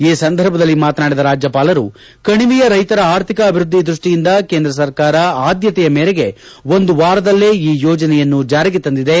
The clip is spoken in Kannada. ಈ ಸಂದರ್ಭದಲ್ಲಿ ಮಾತನಾಡಿದ ರಾಜ್ಯಪಾಲರು ಕಣಿವೆಯ ರೈತರ ಅರ್ಥಿಕ ಅಭಿವೃದ್ದಿ ದೃಷ್ಟಿಯಿಂದ ಕೇಂದ್ರ ಸರ್ಕಾರ ಆದ್ಯತೆಯ ಮೇರೆಗೆ ಒಂದು ವಾರದಲ್ಲೇ ಈ ಯೋಜನೆಯನ್ನು ಜಾರಿಗೆ ತಂದಿದೆ